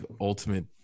ultimate